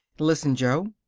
listen, jo.